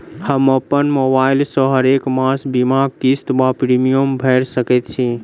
हम अप्पन मोबाइल सँ हरेक मास बीमाक किस्त वा प्रिमियम भैर सकैत छी?